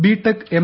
BTech M